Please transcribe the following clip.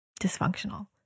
dysfunctional